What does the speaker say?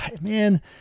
man